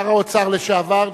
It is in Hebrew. שר האוצר לשעבר,